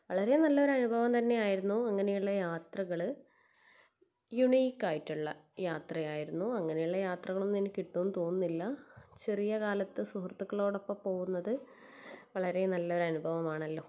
വളരെ നല്ല ഒരനുഭവം തന്നെ ആയിരുന്നു അങ്ങനെയുള്ള യാത്രകൾ യുണീക് ആയിട്ടുള്ള യാത്രയായിരുന്നു അങ്ങനെയുള്ള യാത്രകളൊന്നും ഇനി കിട്ടുമെന്ന് തോന്നുന്നില്ല ചെറിയ കാലത്ത് സുഹൃത്തുക്കളോടൊപ്പം പോകുന്നത് വളരെ നല്ല ഒരനുഭവം ആണല്ലോ